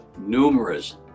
numerous